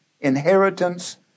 inheritance